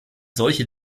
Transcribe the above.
solche